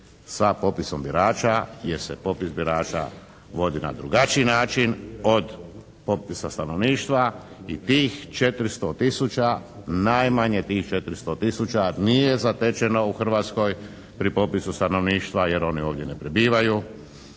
sa popisom birača. Jer se popis birača vodi na drugačiji način od popisa stanovništva i tih 400 tisuća, najmanje tih 400 tisuća nije zatečeno u Hrvatskoj pri popisu stanovništva jer oni ovdje ne prebivaju